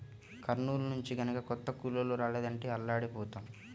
కర్నూలు నుంచి గనక కొత్త కూలోళ్ళు రాలేదంటే అల్లాడిపోతాం